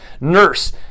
nurse